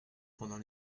pendant